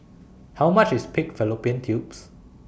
How much IS Pig Fallopian Tubes